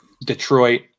Detroit